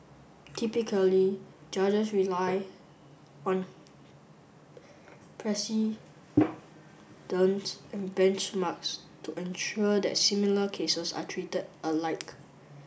typically judges rely on precedent and benchmarks to ensure that similar cases are treated alike